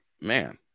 Man